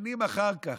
שנים אחר כך,